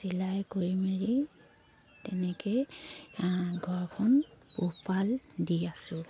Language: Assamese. চিলাই কৰি মেলি এনেকেই ঘৰখন পোহপাল দি আছোঁ